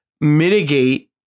mitigate